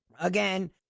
Again